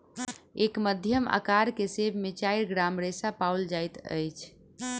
एक मध्यम अकार के सेब में चाइर ग्राम रेशा पाओल जाइत अछि